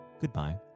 goodbye